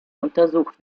untersucht